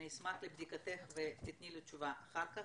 אני אשמח לבדיקתך ותני לי תשובה אחר כך,